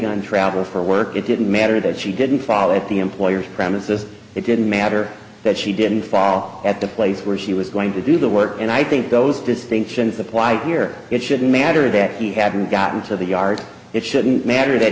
begun travel for work it didn't matter that she didn't follow it the employer's premises it didn't matter that she didn't fall at the place where she was going to do the work and i think those distinctions apply here it shouldn't matter that he hadn't gotten to the yard it shouldn't matter that